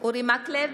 אורי מקלב,